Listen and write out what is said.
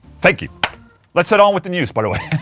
thank you let's head on with the news by the way